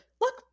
Look